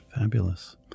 Fabulous